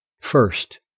First